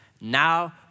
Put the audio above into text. Now